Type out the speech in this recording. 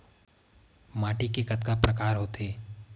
माटी के कतका प्रकार होथे?